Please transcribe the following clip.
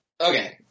Okay